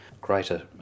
greater